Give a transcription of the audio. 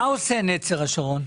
מה עושה "נצר השרון"?